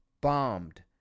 bombed